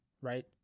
right